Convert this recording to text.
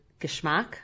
geschmack